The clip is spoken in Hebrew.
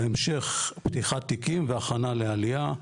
בהמשך פתיחת תיקים והכנה לעלייה.